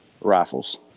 rifles